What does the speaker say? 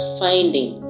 finding